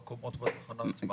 בקומות בתחנה עצמה?